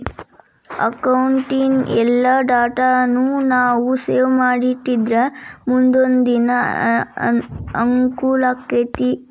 ಅಕೌಟಿನ್ ಎಲ್ಲಾ ಡಾಟಾನೂ ನಾವು ಸೇವ್ ಮಾಡಿಟ್ಟಿದ್ರ ಮುನ್ದೊಂದಿನಾ ಅಂಕೂಲಾಕ್ಕೆತಿ